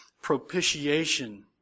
propitiation